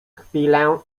chwilę